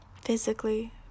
physically